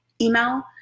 email